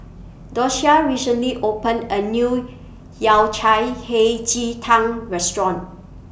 Doshia recently opened A New Yao Cai Hei Ji Tang Restaurant